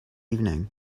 evening